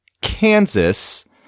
Kansas